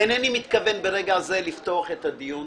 איני מתכוון ברגע זה לפתוח את הדיון.